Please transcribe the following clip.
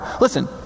Listen